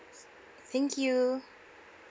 thank you